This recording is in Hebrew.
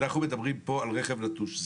פה אנחנו מדברים על רכב נטוש.